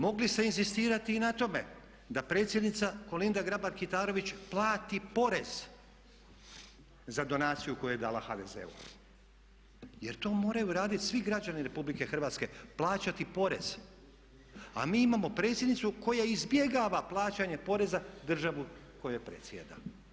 Mogli ste inzistirati i na tome da predsjednica Kolinda Grabar-Kitarović plati porez za donaciju koju je dala HDZ-u jer to moraju raditi svi građani Republike Hrvatske, plaćati porez, a mi imamo predsjednicu koja izbjegava plaćanje poreza državi kojoj predsjeda.